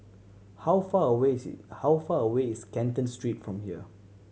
how far away is how far away is Canton Street from here